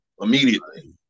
immediately